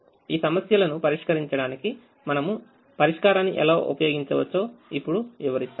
ఈ సమస్యలను పరిష్కరించడానికి మనము పరిష్కారాన్ని ఎలా ఉపయోగించవచ్చో ఇప్పుడు వివరిస్తాను